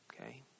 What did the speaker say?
Okay